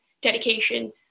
dedication